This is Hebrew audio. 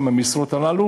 בשירות המדינה,